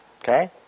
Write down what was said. Okay